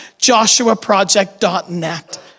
joshuaproject.net